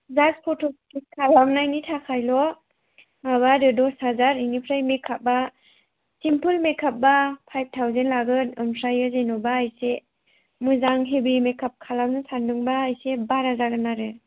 just photo click खालामनायनि थाखायल' माबा आरो दस हाजार बिनिफ्राय मेकआपआ सिम्पोल मेकआपबा फाइभ थावजेन लागोन ओमफ्राय जेनेबा एसे मोजां हेभि मेकआप खालामनो सान्दोंब्ला इसे बारा जागोन आरो